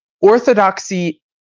orthodoxy